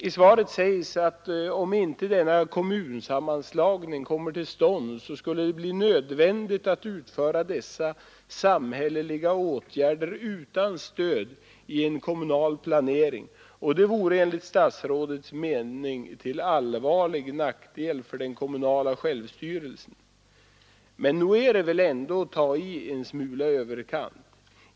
I svaret sägs att om inte denna kommunsammanslagning kommer till stånd, skulle det bli nödvändigt att utföra dessa samhälleliga åtgärder utan stöd i en kommunal planering, och det vore enligt statsrådets mening till allvarlig nackdel för den kommunala självstyrelsen. Men nog är det ändå att ta till en smula i överkant.